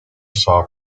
saw